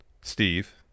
Steve